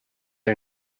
are